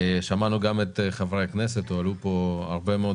שמענו גם את חברי הכנסת והועלו כאן הרבה מאוד